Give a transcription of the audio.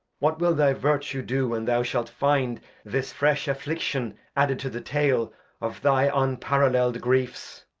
what will thy virtue do when thou shalt find this fresh affliction added to the tale of thy unparallell'd griefs.